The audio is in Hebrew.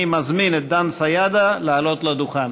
אני מזמין את דן סידה לעלות לדוכן.